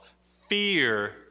Fear